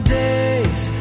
days